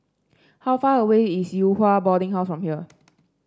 how far away is Yew Hua Boarding House from here